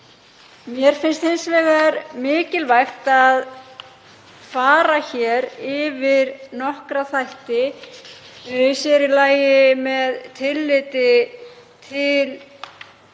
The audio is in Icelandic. Mér finnst hins vegar mikilvægt að fara yfir nokkra þætti, sér í lagi með tilliti til